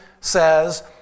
says